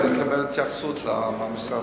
נקבל התייחסות מהמשרד.